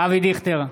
אבי דיכטר,